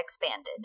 expanded